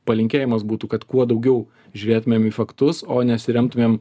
palinkėjimas būtų kad kuo daugiau žiūrėtumėm į faktus o nesiremtumėm